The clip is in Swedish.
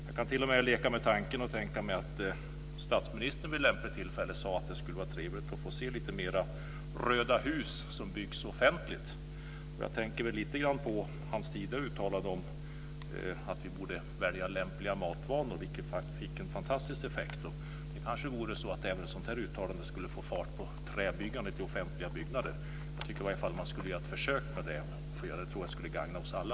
Jag kan t.o.m. leka med tanken att statsministern vid lämpligt tillfälle skulle säga att det vore trevligt att få se lite mer offentligt byggda röda hus. Jag tänker lite grann på hans tidigare uttalande om valet av lämpliga matvanor, vilket fick en fantastisk effekt. Kanske skulle ett motsvarande uttalande av honom få fart på byggandet av offentliga byggnader i trä. Jag tycker i varje fall att han skulle försöka med det. Jag tror att det skulle gagna oss alla.